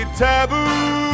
taboo